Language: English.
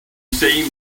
say